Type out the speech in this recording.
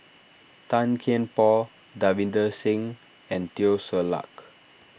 Tan Kian Por Davinder Singh and Teo Ser Luck